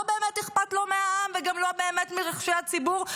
לא באמת אכפת לו מהעם וגם לא באמת מרחשי הציבור,